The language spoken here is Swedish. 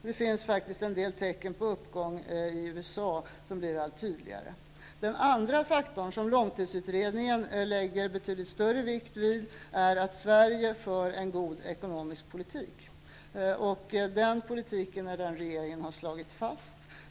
Det finns faktiskt en del tecken på en uppgång i USA, och dessa blir allt tydligare. Den andra faktorn som långtidsutredningen lägger betydligt större vikt vid är att Sverige för en god ekonomisk politik, och det är en sådan politik som regeringen har slagit fast.